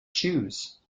choose